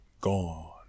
Gone